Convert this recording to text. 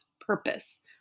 purpose